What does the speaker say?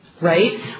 right